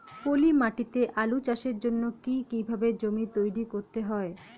পলি মাটি তে আলু চাষের জন্যে কি কিভাবে জমি তৈরি করতে হয়?